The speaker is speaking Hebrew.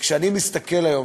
כשאני מסתכל היום,